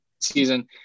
season